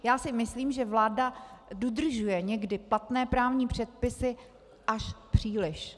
Já si myslím, že vláda dodržuje někdy platné právní předpisy až příliš.